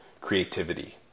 creativity